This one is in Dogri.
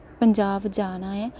पंजाब जाना ऐ